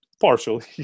partially